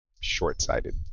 short-sighted